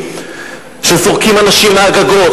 כשזורקים אנשים מהגגות,